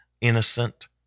innocent